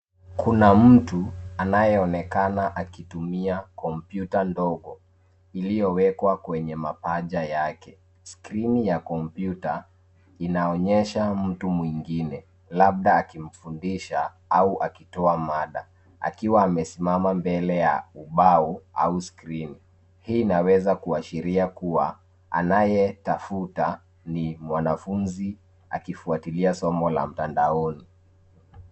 Kuna mtu anayeonekana akitumia kompyuta ndogo, iliyowekwa kwenye mapaja yake. Skrini ya kompyuta, inaonyesha mtu mwingine, labda akimfundisha au akitoa mada, akiwa amesimama mbele ya ubao au skrini. Hii inaweza kuashiria kuwa, anayetafuta ni mwanafunzi akifuatilia somo la mtandaoni.